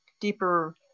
deeper